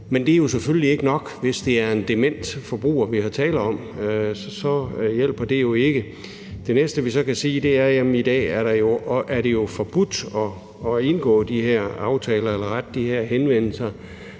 men det er jo selvfølgelig ikke nok, hvis det er en dement forbruger, der er tale om, for så hjælper det jo ikke. Det næste, vi så kan sige, er, at i dag er det jo forbudt at indgå de her aftaler eller rette de her henvendelser,